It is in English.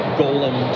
golem